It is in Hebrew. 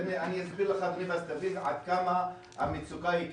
אני אסביר ואתה תבין עד כמה המצוקה היא קשה,